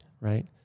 right